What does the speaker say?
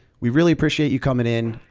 we really appreciate you coming in.